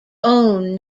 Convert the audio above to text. own